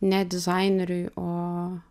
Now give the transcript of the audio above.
ne dizaineriui o